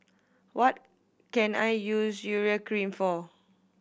what can I use Urea Cream for